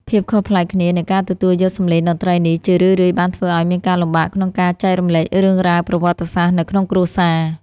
ភាពខុសប្លែកគ្នានៃការទទួលយកសម្លេងតន្ត្រីនេះ ជារឿយៗបានធ្វើឱ្យមានការលំបាកក្នុងការចែករំលែករឿងរ៉ាវប្រវត្តិសាស្ត្រនៅក្នុងគ្រួសារ។